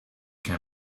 can